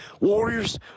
Warriors